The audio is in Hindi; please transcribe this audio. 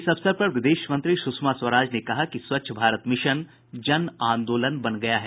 इस अवसर पर विदेश मंत्री सुषमा स्वराज ने कहा कि स्वच्छ भारत मिशन जन आंदोलन बन गया है